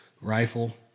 Rifle